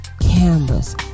cameras